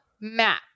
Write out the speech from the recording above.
map